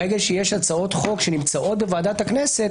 ברגע שיש הצעות חוק שנמצאות בוועדת הכנסת,